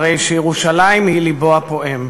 הרי שירושלים היא לבו הפועם.